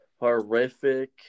horrific